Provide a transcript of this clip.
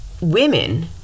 women